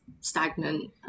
stagnant